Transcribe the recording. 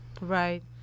Right